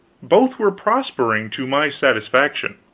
both were prospering to my satisfaction.